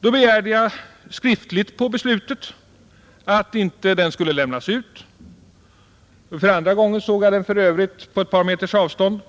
Då begärde jag skriftligt på beslutet att inte lämna ut promemorian — jag såg den för övrigt där för andra gången på ett par meters avstånd